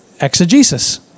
Exegesis